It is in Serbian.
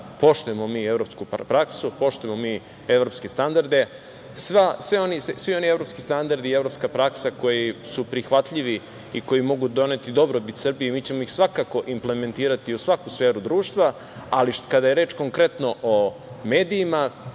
poštujemo mi evropsku praksu, poštujemo mi evropske standarde, svi oni evropski standardi i evropska praksa koji su prihvatljivi i koji mogu doneti dobrobit Srbiji, mi ćemo ih svakako implementirati u svaku sferu društva, ali kada je reč konkretno o medijima